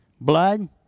Blood